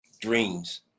dreams